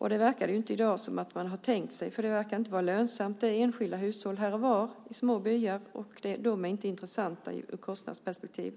I dag verkar det inte som att man har tänkt sig det, för det verkar inte vara lönsamt. Det handlar om enskilda hushåll här och var i små byar, och de är inte intressanta ur ett kostnadsperspektiv.